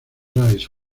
rice